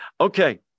Okay